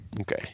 Okay